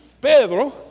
Pedro